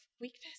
weakness